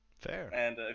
Fair